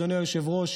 אדוני היושב-ראש,